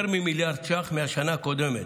יותר ממיליארד שקלים, מהשנה הקודמת,